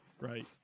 Right